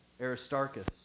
Aristarchus